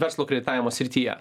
verslo kreditavimo srityje